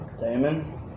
Damon